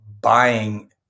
buying